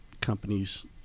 companies